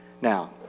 now